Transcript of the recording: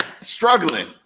struggling